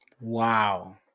Wow